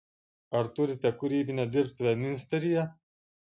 ar turite kūrybinę dirbtuvę miunsteryje